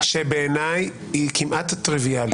--- בעיניי היא כמעט טריוויאלית,